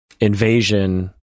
invasion